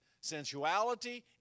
sensuality